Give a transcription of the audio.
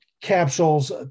capsules